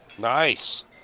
nice